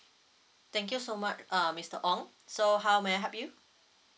thank you so much uh mister ong so how may I help you